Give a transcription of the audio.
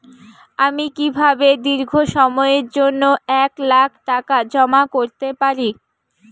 আমি কিভাবে দীর্ঘ সময়ের জন্য এক লাখ টাকা জমা করতে পারি?